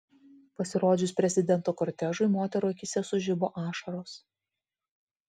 pasirodžius prezidento kortežui moterų akyse sužibo ašaros